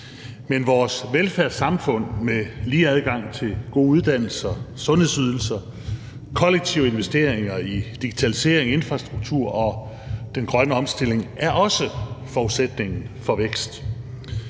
Men vores velfærdssamfund med lige adgang til gode uddannelser, sundhedsydelser, kollektive investeringer i digitalisering, infrastruktur og den grønne omstilling er også forudsætningen for vækst.